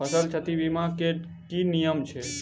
फसल क्षति बीमा केँ की नियम छै?